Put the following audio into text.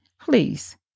please